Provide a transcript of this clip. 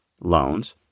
loans